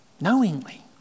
knowingly